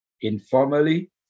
informally